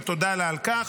ותודה לה על כך.